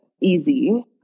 easy